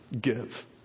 Give